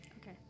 okay